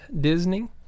Disney